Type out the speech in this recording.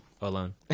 alone